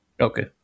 Okay